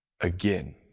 again